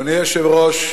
אדוני היושב-ראש,